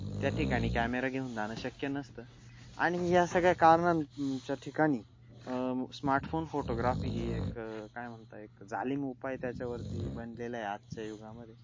त्या ठिकाणी कॅमेरा घेऊन जाणं शक्य नसतं आणि या सगळ्या कारणां च्या ठिकाणी स्मार्टफोन फोटोग्राफी ही एक काय म्हणता एक जालीम उपाय त्याच्यावरती बनलेला आहे आजच्या युगामध्ये